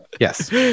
yes